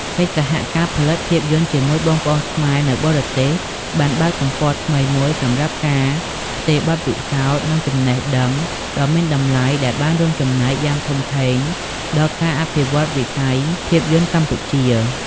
កិច្ចសហការផលិតភាពយន្តជាមួយបងប្អូនខ្មែរនៅបរទេសបានបើកទំព័រថ្មីមួយសម្រាប់ការ ផ្ទេរបទពិសោធន៍ និងចំណេះដឹង ដ៏មានតម្លៃ ដែលបានរួមចំណែកយ៉ាងធំធេងដល់ការអភិវឌ្ឍវិស័យភាពយន្តកម្ពុជា។